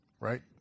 right